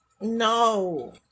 No